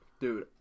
Dude